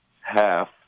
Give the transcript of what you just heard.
half –